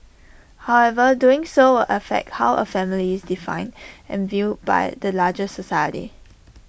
however doing so will affect how A family is defined and viewed by the larger society